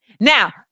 Now